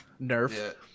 nerf